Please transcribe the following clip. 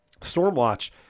Stormwatch